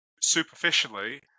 superficially